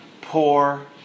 poor